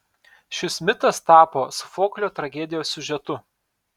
šis mitas tapo sofoklio tragedijos siužetu